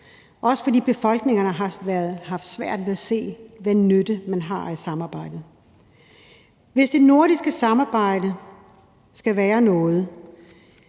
også fordi befolkningerne har haft svært ved at se, hvad nytte man har af et samarbejde. Hvis det nordiske samarbejde skal være noget,